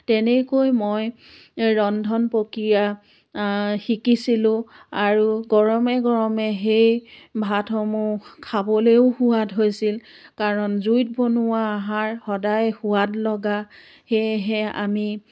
তেনেকৈ মই ৰন্ধন প্ৰক্ৰিয়া শিকিছিলোঁ আৰু গৰমে গৰমে সেই ভাতসমূহ খাবলৈও সোৱাদ হৈছিল কাৰণ জুইত বনোৱা আহাৰ সদায় সোৱাদ লগা সেয়েহে আমি